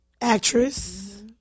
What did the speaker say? actress